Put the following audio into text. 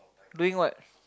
doing what